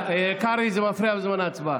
קרעי, זה מפריע בזמן ההצבעה.